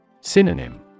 Synonym